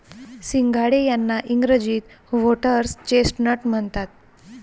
सिंघाडे यांना इंग्रजीत व्होटर्स चेस्टनट म्हणतात